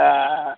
ಹಾಂ